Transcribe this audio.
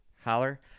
Holler